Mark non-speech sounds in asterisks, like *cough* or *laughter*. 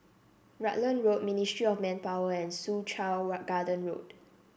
Rutland Road Ministry of Manpower and Soo Chow *unintelligible* Garden Road